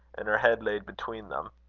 and her head laid between them.